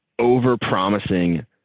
over-promising